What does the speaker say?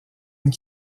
une